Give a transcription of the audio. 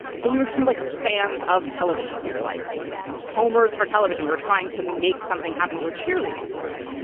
so we were kind of like fans of television. we are like homer's for television. we were trying to make something happen we were cheerleading for it.